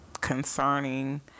concerning